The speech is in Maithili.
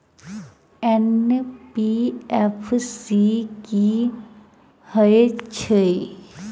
एन.बी.एफ.सी की हएत छै?